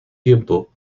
tiempo